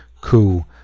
coup